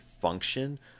function